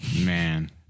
Man